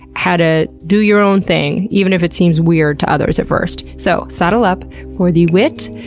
how to do your own thing even if it seems weird to others at first. so, saddle up for the wit,